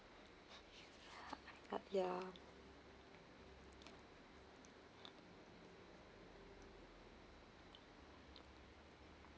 ya